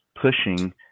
pushing